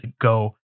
go